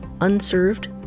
unserved